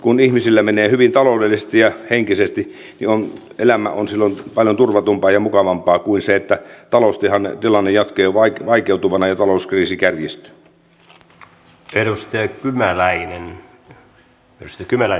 kun ihmisillä menee hyvin taloudellisesti ja henkisesti niin elämä on silloin paljon turvatumpaa ja mukavampaa kuin silloin jos taloustilanne jatkuu vaikeutuvana ja talouskriisi kärjistyy